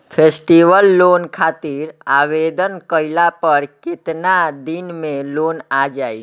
Festival loan खातिर आवेदन कईला पर केतना दिन मे लोन आ जाई?